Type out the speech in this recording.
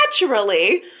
naturally